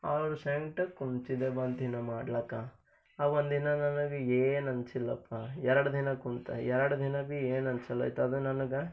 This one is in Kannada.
ಅವ್ರ ಸೆಂಟ್ರೆ ಕುಂತಿದ್ದೆ ಒಂದಿನ ಮಾಡ್ಲಾಕ ಆ ಒಂದಿನ ನನಗ ಏನು ಅನಿಸ್ಲಿಲ್ಲಾಪ ಎರಡು ದಿನ ಕುಂತೆ ಎರಡು ದಿನ ಬಿ ಏನು ಅನ್ಸಿಲ್ಲಾಯ್ತು ಅದು ನನಗ